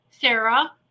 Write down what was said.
Sarah